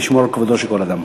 ולשמור על כבודו של כל אדם.